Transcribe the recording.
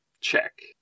check